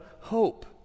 hope